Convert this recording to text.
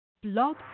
Blog